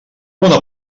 bona